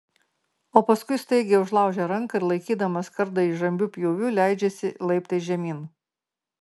o paskui staigiai užlaužia ranką ir laikydamas kardą įžambiu pjūviu leidžiasi laiptais žemyn